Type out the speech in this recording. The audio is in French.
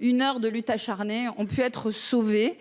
une heure de lutte acharnée, ont pu être sauvés,